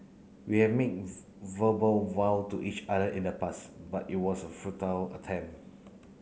we have made verbal vow to each other in the past but it was a futile attempt